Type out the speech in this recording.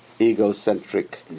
egocentric